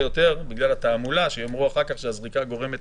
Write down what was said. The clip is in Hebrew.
יותר בגלל התעמולה שיאמרו אחר כך שהזריקה גורמת